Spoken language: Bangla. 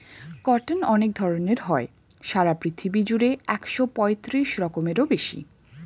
কটন অনেক ধরণ হয়, সারা পৃথিবী জুড়ে একশো পঁয়ত্রিশ রকমেরও বেশি